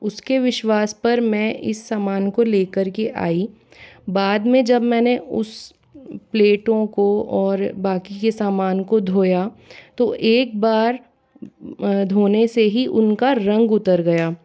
उसके विश्वास पर मैं इस समान को लेकर के आई बाद में जब मैंने उस प्लेटों को और बाकी के सामान को धोया तो एक बार धोने से ही उनका रंग उतर गया